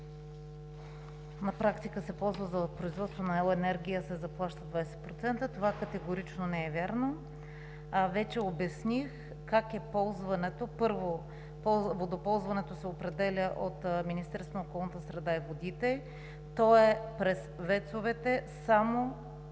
на практика се ползва за производство на електроенергия, а се заплаща 20%. Това категорично не е вярно, а вече обясних как е ползването. Първо, водоползването се определя от Министерството на околната среда и водите. То е през ВЕЦ-овете само.